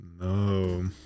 No